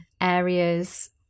areas